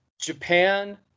Japan